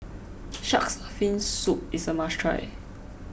Shark's Fin Soup is a must try